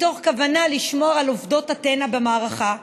מתוך כוונה לשמור על עובדות אתנה במערכה.